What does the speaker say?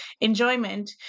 enjoyment